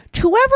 whoever